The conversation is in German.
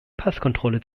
passkontrolle